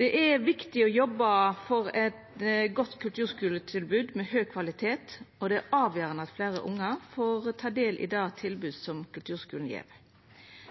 Det er viktig å jobba for eit godt kulturskuletilbod av høg kvalitet, og det er avgjerande at fleire ungar får ta del i det tilbodet som kulturskulen gjev.